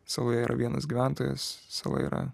saloje yra vienas gyventojas sala yra